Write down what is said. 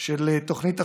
של תוכנית החוקים,